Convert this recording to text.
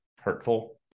hurtful